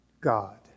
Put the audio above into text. God